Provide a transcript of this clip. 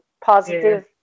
positive